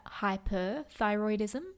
hyperthyroidism